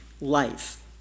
life